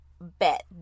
bet